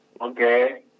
Okay